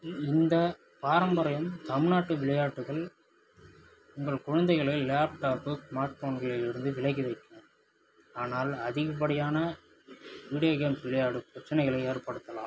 இந்த பாரம்பரியம் தமிழ்நட்டு விளையாட்டுகள் உங்கள் குழந்தைகளை லேப்டாப்பு ஸ்மார்ட் போன்களில் இருந்து விலகி வைக்க ஆனால் அதிகப்படியான வீடியோ கேம்ஸ் விளையாடும் பிரச்சினைகளை ஏற்படுத்தலாம்